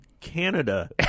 Canada